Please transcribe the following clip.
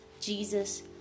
Jesus